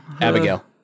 Abigail